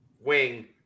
wing